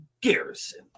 Garrison